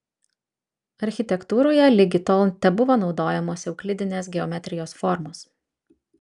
architektūroje ligi tol tebuvo naudojamos euklidinės geometrijos formos